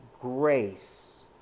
grace